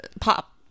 pop